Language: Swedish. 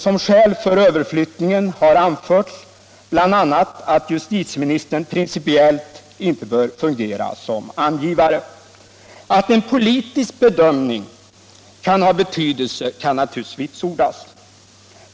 Som skäl för överflyttningen har anförts bl.a. att justitieministern principiellt inte bör fungera som angivare. Att en politisk bedömning kan ha betydelse kan naturligtvis vitsordas.